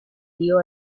dio